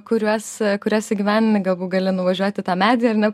kuriuos kuriuos įgyvendini galbūt gali nuvažiuoti tą medį ar ne